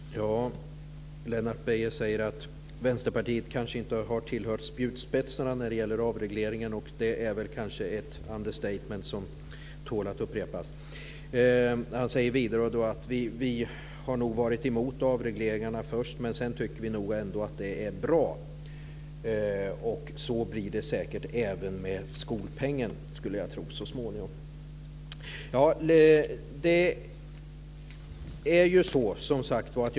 Herr talman! Lennart Beijer säger att Vänsterpartiet kanske inte har tillhört spjutspetsarna när det gäller avregleringen. Det är väl ett understatement som tål att upprepas. Han säger vidare att de först har varit emot avregleringarna, men sedan nog ändå tyckt att de har varit bra. Så blir det säkert även så småningom med skolpengen.